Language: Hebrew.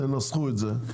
תנסחו את זה,